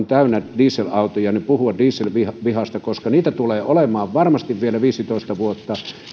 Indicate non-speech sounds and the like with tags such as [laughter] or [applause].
[unintelligible] täynnä dieselautoja puhua dieselvihasta koska niitä tulee olemaan varmasti vielä viisitoista vuotta